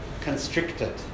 constricted